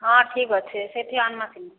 ହଁ ଠିକ୍ ଅଛେ ସେହିଠି ଆନମା